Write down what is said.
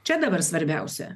čia dabar svarbiausia